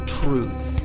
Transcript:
truth